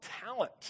talent